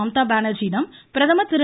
மம்தா பானர்ஜியிடம் பிரதமர் திரு